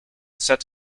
set